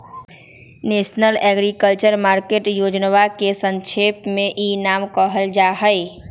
national agriculture market योजनवा के संक्षेप में ई नाम कहल जाहई